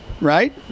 right